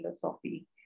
philosophy